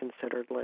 considered